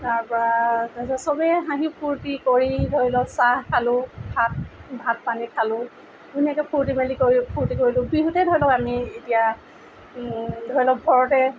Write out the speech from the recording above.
তাপা চবেই হাঁহি ফূৰ্তি কৰি ধৰিলওক চাহ খালো ভাত পানী খালো ধুনীয়াকে ফূৰ্তি মেলি কৰিলো ফূৰ্তি কৰিলো বিহুতে ধৰক আমি এতিয়া ধৰক ঘৰতে